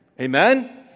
Amen